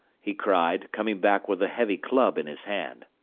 he cried, coming back with a heavy club in his hand.